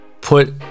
put